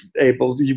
able